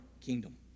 kingdom